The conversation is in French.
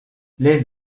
les